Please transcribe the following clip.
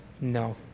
no